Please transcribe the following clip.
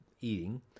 eating